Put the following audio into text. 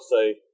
say